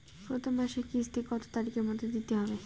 প্রথম মাসের কিস্তি কত তারিখের মধ্যেই দিতে হবে?